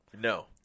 No